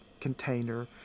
container